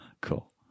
cool